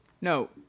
No